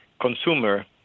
consumer